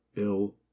ill